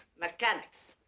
mechanics.